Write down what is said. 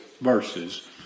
verses